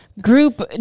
group